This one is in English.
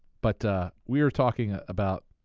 but we were talking about